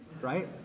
right